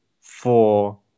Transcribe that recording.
four